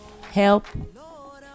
help